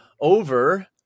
Over